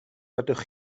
fedrwch